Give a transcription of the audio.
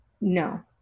No